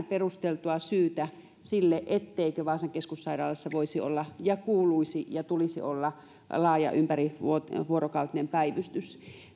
perusteltua syytä sille etteikö vaasan keskussairaalassa voisi olla ja kuuluisi ja tulisi olla laaja ympärivuorokautinen päivystys jos